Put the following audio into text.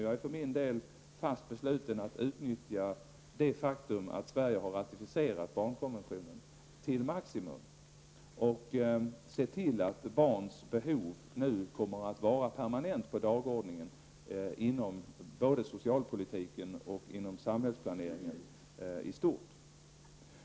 Jag är för min del fast besluten att till maximum utnyttja det faktum att Sverige har ratificerat barnkonventionen och se till att barns behov nu permanent kommer att finnas på dagordningen inom både socialpolitiken och samhällsplaneringen i stort.